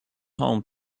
home